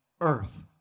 Earth